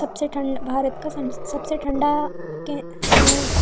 सबसे ठण्ड भारत का संस् सबसे ठण्डा कें